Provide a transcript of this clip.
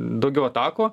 daugiau atakų